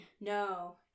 no